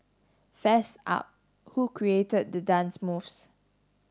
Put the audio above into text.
fess up who created the dance moves